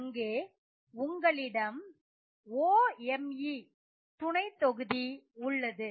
அங்கே உங்களிடம் OMe துணைத்தொகுதி உள்ளது